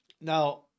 now